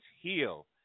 heal